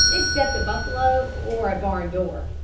except a buffalo or a barn door.